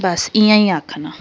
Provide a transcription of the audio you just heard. बस इ'यां गै आखना